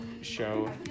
show